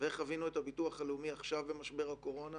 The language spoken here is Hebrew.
ואיך חווינו את הביטוח הלאומי עכשיו במשבר הקורונה